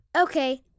Okay